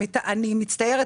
אני מצטערת,